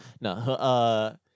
No